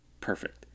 perfect